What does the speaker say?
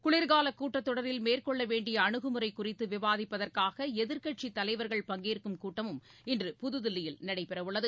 குளிர்காலக் கூட்டத் தொடரில் மேற்கொள்ள வேண்டிய அனுகுமுறை குறித்து விவாதிட்டதற்காக எதிர்க்கட்சித் தலைவர்கள் பங்கேற்கும் கூட்டமும் இன்று புதுதில்லியில் நடைபெறவுள்ளது